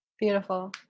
Beautiful